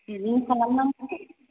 बिदिनो खालाम नांसिगोन